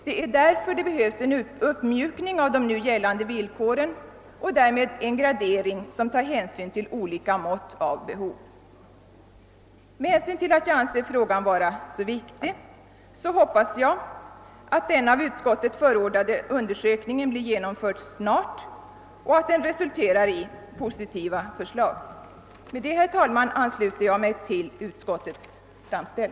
Det är därför det behövs en uppmjukning av de nu gällande villkoren och därmed en gradering som tar hänsyn till olika mått av behov. Med hänsyn till att jag anser frågan vara så viktig hoppas jag, att den av utskottet förordade undersökningen blir genomförd snart och att den resulterar 1 positiva förslag. Med detta, herr talman, ber jag att få ansluta mig till utskottets utlåtande.